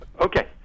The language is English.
okay